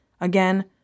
Again